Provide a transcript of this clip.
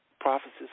Prophecies